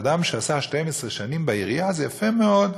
אדם שעשה 12 שנים בעירייה זה יפה מאוד.